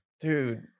Dude